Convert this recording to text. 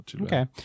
okay